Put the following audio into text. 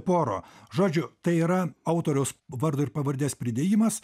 puaro žodžiu tai yra autoriaus vardo ir pavardės pridėjimas